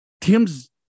Tim's